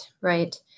right